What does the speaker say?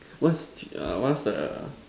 what's uh what's err